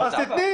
אז תני.